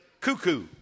cuckoo